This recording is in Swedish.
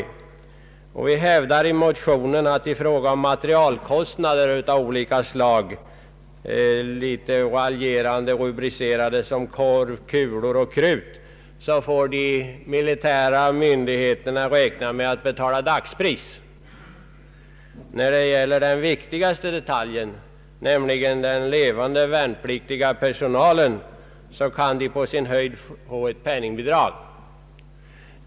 I motionen föreslås vidare när det gäller materialkostnader av olika slag — litet raljerande rubricerade som korv, kulor och krut — får de militära myndigheterna räkna med att betala dagspris. Den viktigaste detaljen, nämligen den levande värnpliktiga personalen, kan på sin höjd få ett penningbidrag.